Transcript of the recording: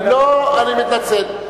לא, אני מתנצל.